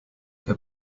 der